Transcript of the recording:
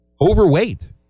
overweight